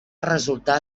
resultar